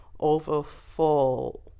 overfall